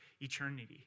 eternity